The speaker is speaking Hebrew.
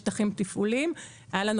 לפקח גם על שטחים תפעוליים היה לנו